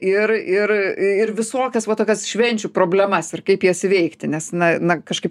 ir ir ir visokias va tokias švenčių problemas ir kaip jas įveikti nes na na kažkaip